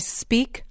speak